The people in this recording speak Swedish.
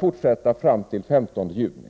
fortsätta fram till den 15 juni.